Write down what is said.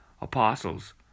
apostles